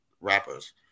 rappers